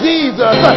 Jesus